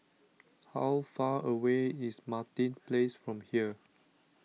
how far away is Martin Place from here